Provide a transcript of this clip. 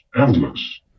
endless